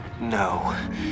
No